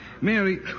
Mary